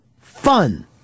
fun